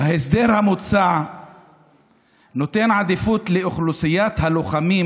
"ההסדר המוצע נותן עדיפות לאוכלוסיית הלוחמים